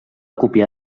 copiar